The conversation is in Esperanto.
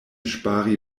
ŝpari